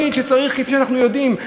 כפי שאנחנו יודעים,